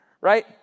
right